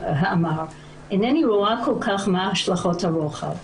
אינני רואה כל-כך מה השלכות הרוחב.